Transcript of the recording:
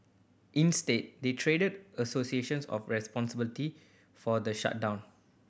instead they traded associations of responsibility for the shutdown